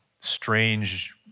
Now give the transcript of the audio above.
strange